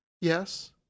Yes